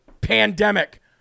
pandemic